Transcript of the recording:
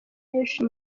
henshi